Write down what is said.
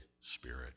Spirit